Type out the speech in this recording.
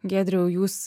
giedriau jūs